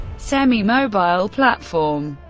semi-mobile platform.